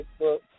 Facebook